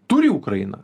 turi ukraina